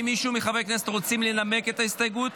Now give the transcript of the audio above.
האם מישהו מחברי הכנסת רוצה לנמק את ההסתייגות?